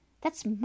That's